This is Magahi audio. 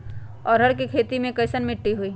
अरहर के खेती मे कैसन मिट्टी होइ?